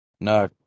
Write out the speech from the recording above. No